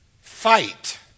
fight